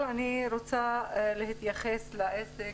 אני רוצה להתייחס לעסק,